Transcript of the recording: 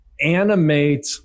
animate